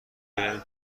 بریم